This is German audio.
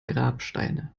grabsteine